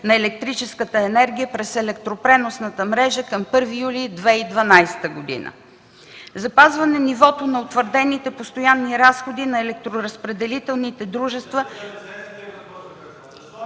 на електрическата енергия през електропреносната мрежа към 1 юли 2012 г.; - запазване нивото на утвърдените постоянни разходи на електроразпределителните дружества...